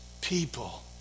people